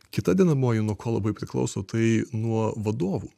kita dedamoji nuo ko labai priklauso tai nuo vadovų